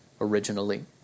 originally